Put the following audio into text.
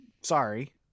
sorry –